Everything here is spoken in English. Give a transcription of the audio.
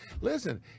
Listen